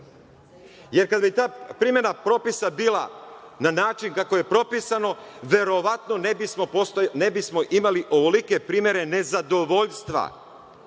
jer kada bi ta primena propisa bila na način kako je propisano, verovatno ne bismo imali ovolike primere nezadovoljstva